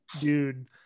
dude